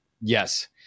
Yes